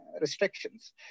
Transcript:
restrictions